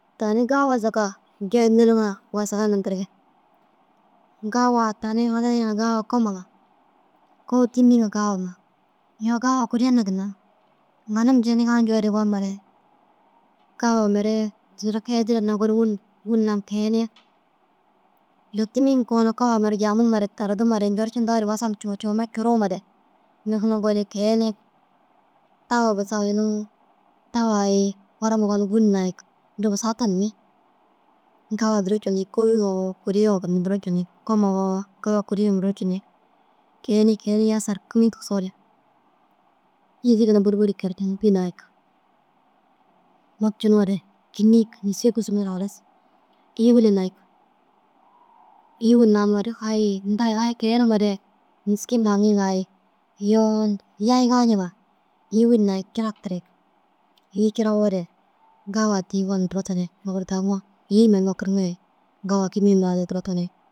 Tani gawa zaka jeniriŋa wassaga nindirigi. Gawaa tani hadiriyi ŋa gawa kôuma ŋa kôu tîmmi ŋa gawama. Iyoo gawa kurii na ginna haranum jeniga njoo gonumare gawa mere zuru keyedira hinna gonum wîna naam keyeniig. Undoo tîmmi ŋa koo kowa mere jamimare tardimare njoorcindoore wasag indu cuu cuume curumare keyenig. Tawa gisi unu tawa ai furama gonum wînayig. Duro busau tunummi gawa duro cunig kôu yoo kûrii yoo ginna duro cunig kôumo wo gawa kuri yoo ginna duro cuniig. Keyenii keyenii yeska sekkir cin tigisoore fî nayig wopciŋoore kînig neska kisimoore halas îyi wîna îyi wînamoore ai indoo ai keyenimare êskiri lanig ai iyoo yayiŋa nciŋa îyi wîna nayig curag tirig îyi cirawoore gawa addi gonum duro tunig daŋoo îyi nima ini gor kiriŋa gawa kînii gonum kurti duro tuniig.